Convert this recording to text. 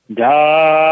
da